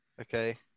Okay